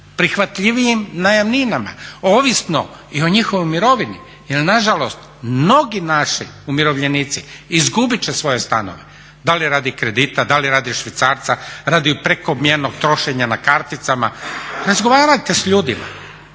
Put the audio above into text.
prihvatljivijim najamninama, ovisno o njihovoj mirovini jel nažalost mnogi naši umirovljenici izgubit će svoje stanove, da li radi kredita, da li radi švicarca, radi prekomjernog trošenja na karticama. Razgovarajte sa ljudima,